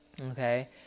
okay